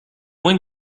one